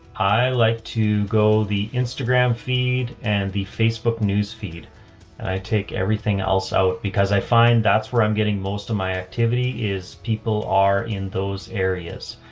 i like to go the instagram feed and the facebook newsfeed and i take everything else out because i find that's where i'm getting most of my activity is. people are in those areas,